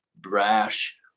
brash